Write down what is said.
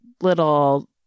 little